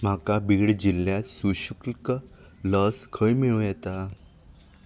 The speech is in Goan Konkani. म्हाका बीड जिल्ल्यात सशुक्ल क लस खंय मेळूं येता